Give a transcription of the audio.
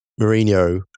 Mourinho